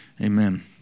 Amen